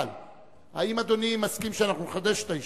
האם אדוני מסכים שנחדש את הישיבה?